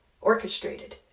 Orchestrated